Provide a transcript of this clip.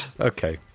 Okay